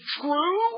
true